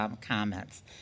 comments